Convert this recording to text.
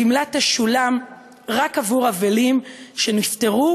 הגמלה תשולם רק עבור קרובים שנפטרו,